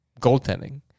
goaltending